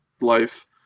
life